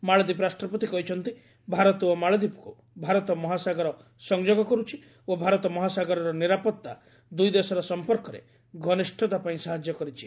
ମାଳଦୀପ ରାଷ୍ଟ୍ରପତି କହିଛନ୍ତି ଭାରତ ଓ ମାଳଦୀପକୁ ଭାରତ ମହାସାଗର ସଂଯୋଗ କରୁଛି ଓ ଭାରତ ମହାସାଗରର ନିରାପତ୍ତା ଦୁଇଦେଶର ସମ୍ପର୍କରେ ଘନିଷ୍ଠତା ପାଇଁ ସାହାଯ୍ୟ କରିଛି